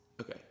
Okay